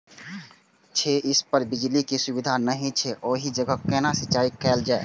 छै इस पर बिजली के सुविधा नहिं छै ओहि जगह केना सिंचाई कायल जाय?